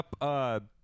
up